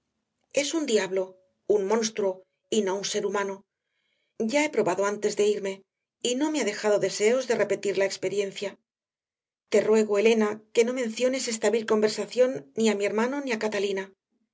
es un diablo un monstruo y no un ser humano ya he probado antes de irme y no me ha dejado deseos de repetir la experiencia te ruego elena que no menciones esta vil conversación ni a mi hermano ni a catalina